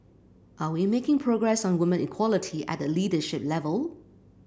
are we making progress on women equality at the leadership level